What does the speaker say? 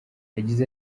yagize